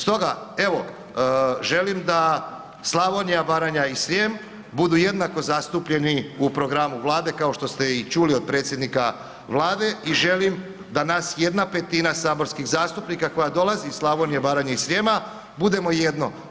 Stoga, evo, želim da Slavonija, Baranja i Srijem budu jednako zastupljeni u programu Vlade kao što ste i čuli od predsjednika Vlade i želim da nas jedna petina saborskih zastupnika koja dolazi iz Slavonije, Baranje i Srijema budemo jedno.